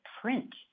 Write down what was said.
print